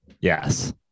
Yes